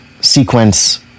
sequence